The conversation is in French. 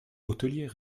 hôteliers